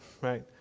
right